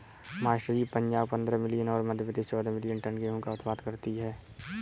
master ji Punjab पंद्रह million और मध्य प्रदेश चौदह मिलीयन टन गेहूं का उत्पादन करती है